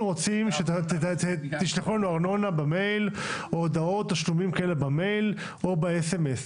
רוצים שתשלחו לנו ארנונה במייל או הודעות על תשלומים במייל או בסמס.